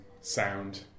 sound